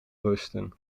rusten